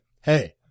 Hey